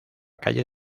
calle